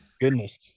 Goodness